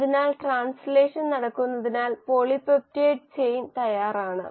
അതിനാൽ ട്രാൻസ്ലേഷൻ നടന്നുകഴിഞ്ഞാൽ polypeptide chain തയ്യാറാണ്